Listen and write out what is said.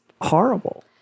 horrible